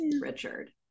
Richard